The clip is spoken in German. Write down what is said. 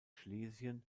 schlesien